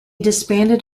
disbanded